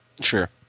Sure